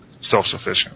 self-sufficient